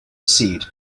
seed